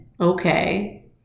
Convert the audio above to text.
Okay